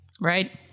Right